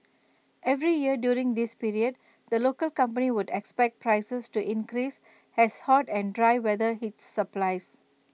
every year during this period the local company would expect prices to increase as hot and dry weather hits supplies